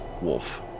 wolf